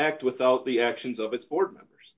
act without the actions of its board members